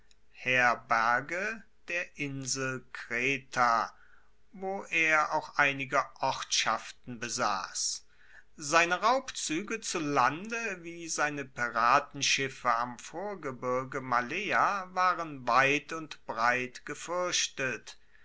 piratenherberge der insel kreta wo er auch einige ortschaften besass seine raubzuege zu lande wie seine piratenschiffe am vorgebirge malea waren weit und breit gefuerchtet